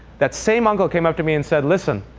that same uncle came up to me and said listen,